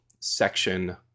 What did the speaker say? section